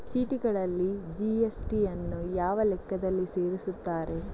ಚೀಟಿಗಳಲ್ಲಿ ಜಿ.ಎಸ್.ಟಿ ಯನ್ನು ಯಾವ ಲೆಕ್ಕದಲ್ಲಿ ಸೇರಿಸುತ್ತಾರೆ?